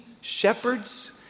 shepherds